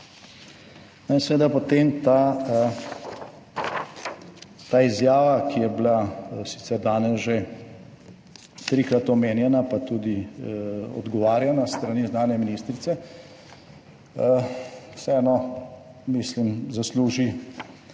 In seveda potem ta izjava, ki je bila sicer danes že trikrat omenjena, pa tudi odgovarjanja s strani zunanje ministrice, vseeno, mislim, zasluži,